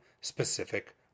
specific